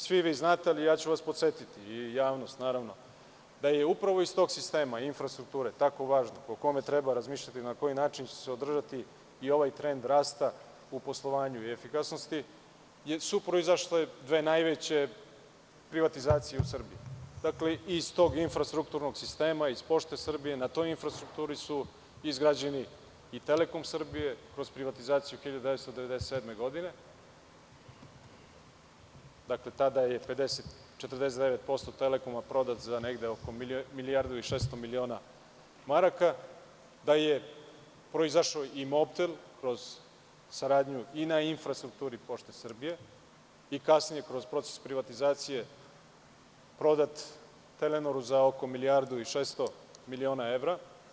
Svi znate, ali ću podsetiti i vas i javnost da je upravo iz tog sistema infrastrukture, tako važno, o kome treba razmišljati na koji način će se održati i ovaj trend rasta u poslovanju i efikasnosti su proizašle dve najveće privatizacije u Srbiji, iz tog infrastrukturnog sistema, iz „Pošte Srbije“, na toj infrastrukturi su izgrađeni i Telekom Srbija kroz privatizaciju 1997. godine, tada je 49% Telekoma prodato za oko milijardu i 600 miliona maraka, da je proizašao i Mobtel kroz saradnju i na infrastrukturi Pošte Srbije i kasnije kroz proces privatizacije prodat Telenoru za oko milijardu i 600 miliona evra.